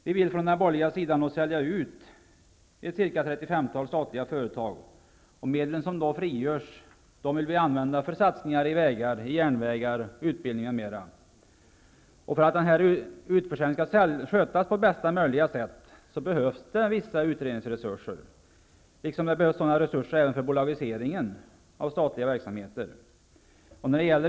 Vi vill från den borgerliga sidan sälja ut ungefär 35 statliga företag, och de medel som då frigörs vill vi använda för satsningar i vägar, järnvägar, utbildning m.m. För att utförsäljningen skall skötas på bästa möjliga sätt behövs det vissa utredningsresurser, liksom det behövs sådana resurser även för bolagiseringen av statliga verksamheter.